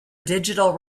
digital